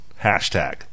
Hashtag